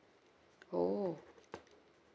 oh